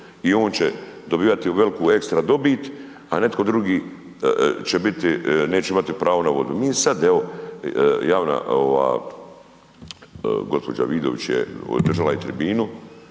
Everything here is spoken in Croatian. i on će dobivati veliku ekstra dobit a netko drugi će biti, neće imati pravo na vodu. Mi sad evo javna, gospođa Vidović je, održala je tribinu